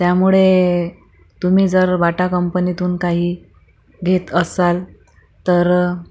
त्यामुळे तुम्ही जर बाटा कंपनीतून काही घेत असाल तर